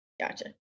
gotcha